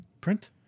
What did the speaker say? Print